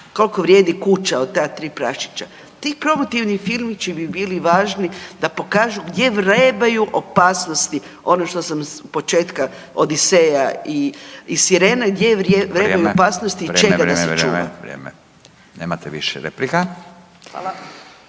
koliko vrijedi kuća od ta tri praščića. Ti promotivni filmići bi bili važni da pokažu gdje vrebaju opasnosti, ono što sam od početka …/Upadica Radin: Vrijeme./… Odiseja i Sirena gdje vrebaju opasnosti i čega da se čuvaju. **Radin, Furio (Nezavisni)** Nemate više replika. Sada